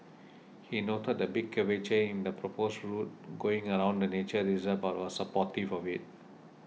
he noted the big curvature in the proposed route going around the nature reserve but was supportive of it